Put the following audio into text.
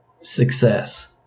success